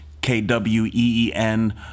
K-W-E-E-N